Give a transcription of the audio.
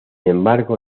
embargo